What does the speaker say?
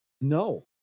No